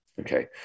Okay